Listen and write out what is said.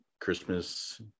Christmas